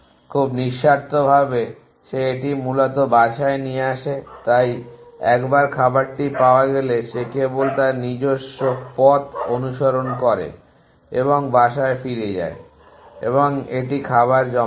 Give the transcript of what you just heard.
খুব নিঃস্বার্থভাবে সে এটি মূলত বাসায় নিয়ে আসে তাই একবার খাবারটি পাওয়া গেলে সে কেবল তার নিজস্ব পথ অনুসরণ করে এবং বাসায় ফিরে যায় এবং একটি খাবার জমা করে